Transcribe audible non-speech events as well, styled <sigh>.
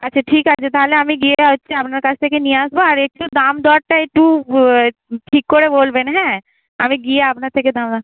আচ্ছা ঠিক আছে তাহলে আমি গিয়ে হচ্ছে আপনার কাছ থেকে নিয়ে আসবো আর একটু দাম দরটা একটু ঠিক করে বলবেন হ্যাঁ আমি গিয়ে আপনার থেকে <unintelligible>